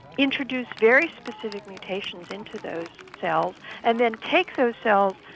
introduce very specific mutations into those cells and then take those cells,